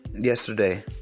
yesterday